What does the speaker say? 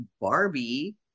Barbie